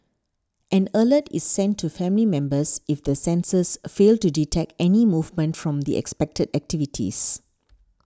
an alert is sent to family members if the sensors fail to detect any movement from the expected activities